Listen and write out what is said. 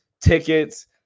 tickets